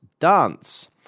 Dance